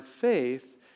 faith